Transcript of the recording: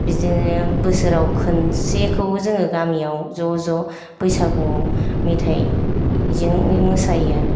बिदिनो बोसोराव खनसेखौ जोङो गामियाव ज' ज' बैसागु मेथाइ जों मोसायो आरो